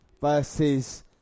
versus